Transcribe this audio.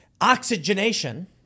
oxygenation